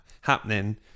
happening